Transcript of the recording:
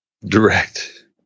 Direct